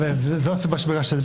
זאת הסיבה שביקשתי לדבר.